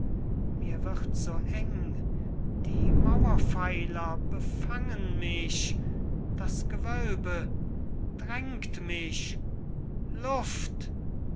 mir wird so eng die mauern pfeiler befangen mich das gewölbe drängt mich luft